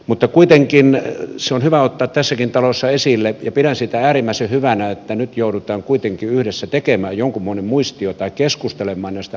mutta kuitenkin se on hyvä ottaa tässäkin talossa esille ja pidän sitä äärimmäisen hyvänä että nyt joudutaan kuitenkin yhdessä tekemään jonkunmoinen muistio tai keskustelemaan näistä asioista